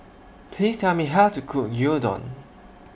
Please Tell Me How to Cook Gyudon